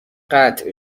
قطع